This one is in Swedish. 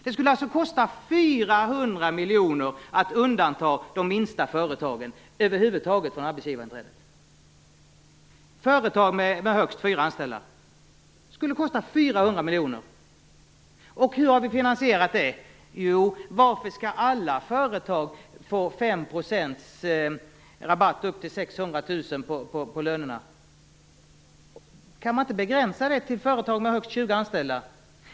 Det skulle kosta 400 miljoner att över huvud taget undanta de minsta företagen, med högst fyra anställda, från arbetsgivarinträdet. Hur har vi finansierat det? Jo, varför skall alla företag få 5 % rabatt upp till 600 000 kr i lön? Kan man inte begränsa det till företag med högst 20 anställda?